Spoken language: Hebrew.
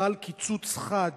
חל קיצוץ חד